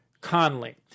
Conley